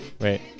Wait